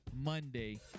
Monday